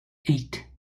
eight